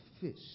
fish